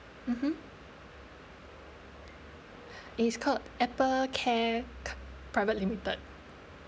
mmhmm it is called Apple care private limited